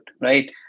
right